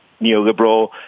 neoliberal